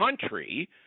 country